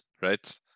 right